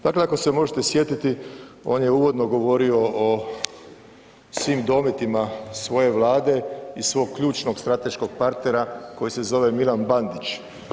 Dakle, ako se možete sjetiti on je uvodno govorio o svim dometima svoje vlade i svog ključnog strateškog partnera koji se zove Milan Bandić.